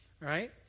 right